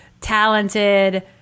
talented